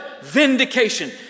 vindication